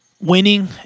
winning